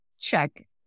Check